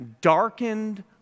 darkened